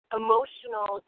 emotional